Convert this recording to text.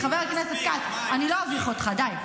מספיק, חבר הכנסת כץ, אני לא אביך אותך, די.